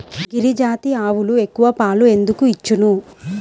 గిరిజాతి ఆవులు ఎక్కువ పాలు ఎందుకు ఇచ్చును?